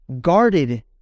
guarded